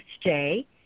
stay